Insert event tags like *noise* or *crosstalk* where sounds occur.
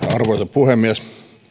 *unintelligible* arvoisa puhemies